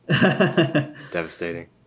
Devastating